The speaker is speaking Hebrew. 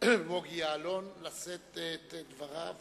בוגי יעלון לשאת את דבריו